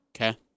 Okay